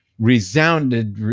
resounded,